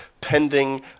pending